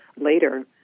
later